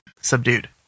subdued